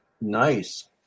Nice